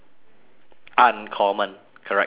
uncommon characteristics